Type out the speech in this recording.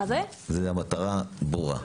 המטרה ברורה.